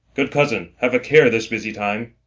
good cousin, have a care this busy time.